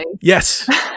yes